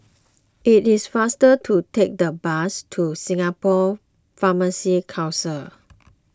it is faster to take the bus to Singapore Pharmacy Council